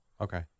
okay